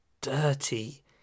dirty